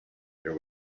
there